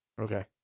okay